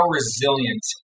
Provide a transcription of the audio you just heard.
resilient